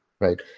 right